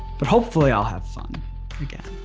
but hopefully i'll have fun again.